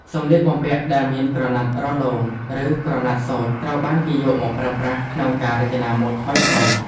សម្លៀកបំពាក់ដែលមានក្រណាត់រលោង ឬក្រណាត់សូត្រត្រូវបានគេយកមកប្រើប្រាស់ក្នុងការរចនាម៉ូដថ្មីៗ។